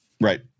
right